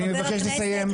אני מבקש לסיים.